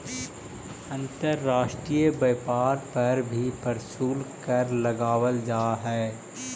अंतर्राष्ट्रीय व्यापार पर भी प्रशुल्क कर लगावल जा हई